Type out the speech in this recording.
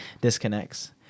disconnects